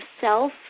self